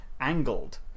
angled